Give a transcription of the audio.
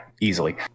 easily